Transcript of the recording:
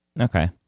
Okay